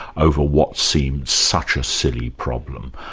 over what seemed such a silly problem.